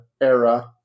era